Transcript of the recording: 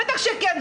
בטח שכן,